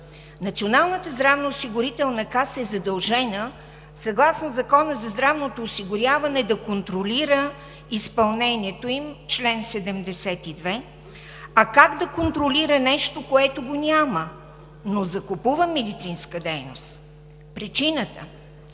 Националната здравноосигурителна каса е задължена, съгласно чл. 72 от Закона за здравното осигуряване, да контролира изпълнението им, а как да контролира нещо, което го няма, но закупува медицинска дейност? Причината?